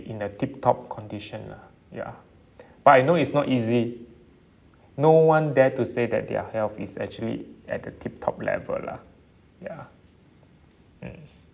in a tip top condition lah ya but I know it's not easy no one dare to say that their health is actually at the tip top level lah ya mm